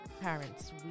Parents